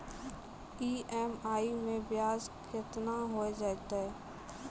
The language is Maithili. ई.एम.आई मैं ब्याज केतना हो जयतै?